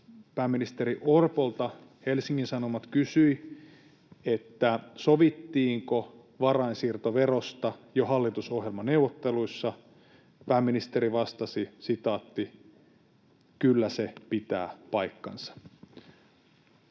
pääministeri Orpolta Helsingin Sanomat kysyi, sovittiinko varainsiirtoverosta jo hallitusohjelmaneuvotteluissa. Pääministeri vastasi: ”Kyllä se pitää paikkansa”.